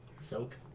Soak